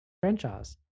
franchise